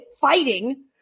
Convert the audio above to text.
fighting